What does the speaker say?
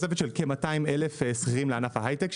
תוספת של כ-200 אלף שכירים לענף ההיי-טק,